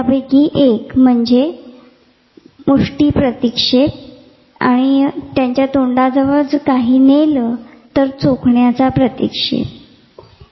त्यापैकी एक म्हणजे मुष्टी प्रतीक्षेप आणि तुम्ही त्यांच्या तोंडात जवळ काही नेले तर ते चोखण्याचा प्रतीक्षेप दर्शवितात